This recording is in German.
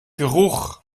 geruch